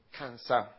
cancer